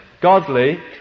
godly